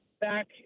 back